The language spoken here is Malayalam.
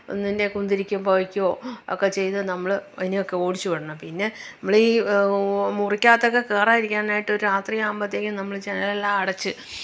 ഒന്നിന്നെ കുന്തിരിക്കം പുകയ്ക്കുകയോ ഒക്കെ ചെയ്ത് നമ്മള് അതിനെയൊക്കെ ഓടിച്ച് വിടണം പിന്നെ നമ്മൾ ഈ മുറിക്കാകത്തൊക്കെ കയറാതിരിക്കാനായിട്ടൊരു രാത്രി ആകുമ്പത്തേക്കും നമ്മള് ജനല്ലെല്ലാം അടച്ച്